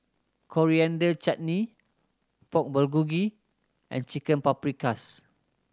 Coriander Chutney Pork Bulgogi and Chicken Paprikas